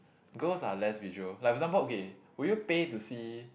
girls are less visual like for example okay would you pay to see